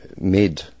made